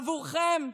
עבורכם,